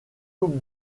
coupe